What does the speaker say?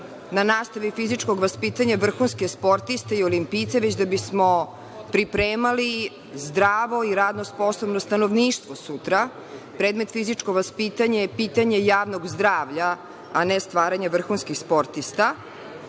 na nastavi fizičkog vaspitanja vrhunske sportiste i olimpijce, već da bismo pripremali zdravo i radno sposobno stanovništvo sutra. Predmet fizičko vaspitanje je pitanje javnog zdravlja, a ne stvaranja vrhunskih sportista